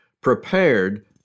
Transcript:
prepared